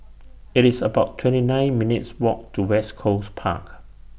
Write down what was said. IT IS about twenty nine minutes' Walk to West Coast Park